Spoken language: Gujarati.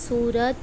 સુરત